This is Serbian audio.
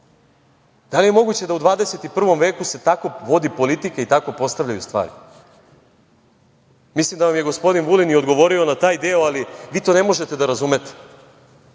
Da li je moguće da se u 21. veku tako vodi politika i tako postavljaju stvari? Mislim da vam je gospodin Vulin i odgovorio na taj deo, ali vi to ne možete da razumete. Ideja,